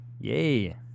Yay